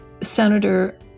Senator